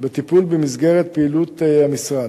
בטיפול במסגרת פעילות המשרד.